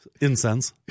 Incense